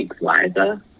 wiser